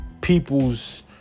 people's